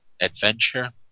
adventure